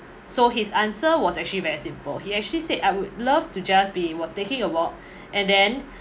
so his answer was actually very simple he actually said I would love to just be wa~ taking a walk and then